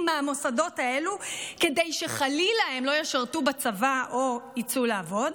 מהמוסדות האלו כדי שחלילה הם לא ישרתו בצבא או יצאו לעבוד,